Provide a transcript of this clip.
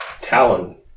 Talon